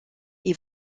ils